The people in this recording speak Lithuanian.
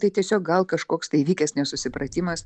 tai tiesiog gal kažkoks tai įvykęs nesusipratimas